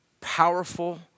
powerful